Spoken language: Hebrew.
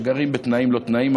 שגרים בתנאים לא תנאים,